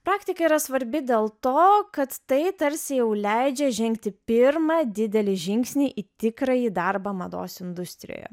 praktika yra svarbi dėl to kad tai tarsi jau leidžia žengti pirmą didelį žingsnį į tikrąjį darbą mados industrijoje